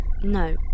No